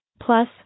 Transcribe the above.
Plus